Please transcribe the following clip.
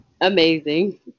Amazing